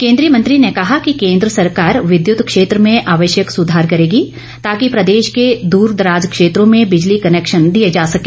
केंद्रीय मंत्री ने कहा कि केंद्र सरकार विद्युत क्षेत्र में आवश्यक सुधार करेगी ताकि प्रदेश के द्रदराज क्षेत्रों में बिजली कनैक्शन दिए जा सके